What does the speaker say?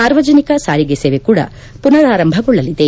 ಸಾರ್ವಜನಿಕ ಸಾರಿಗೆ ಸೇವೆ ಕೂಡ ಪುನರ್ ಆರಂಭಗೊಳ್ಳಲಿದೆ